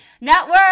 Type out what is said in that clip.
network